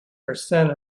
percent